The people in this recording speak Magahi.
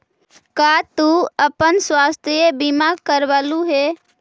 का तू अपन स्वास्थ्य बीमा करवलू हे?